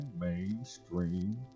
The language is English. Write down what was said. mainstream